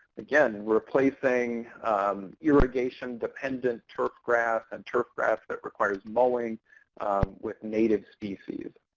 again, replacing irrigation-dependent turf grass, and turf grass that requires mowing with native species.